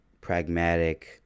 pragmatic